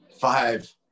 five